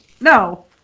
no